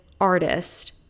artist